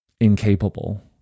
incapable